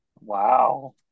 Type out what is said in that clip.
wow